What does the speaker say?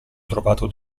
trovato